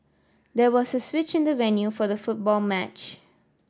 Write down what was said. there was a switch in the venue for the football match